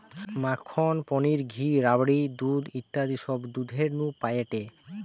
মাখন, পনির, ঘি, রাবড়ি, দুধ ইত্যাদি সব দুধের নু পায়েটে